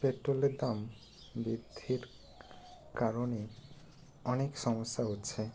পেট্রোলের দাম বৃদ্ধির কারণে অনেক সমস্যা হচ্ছে